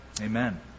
amen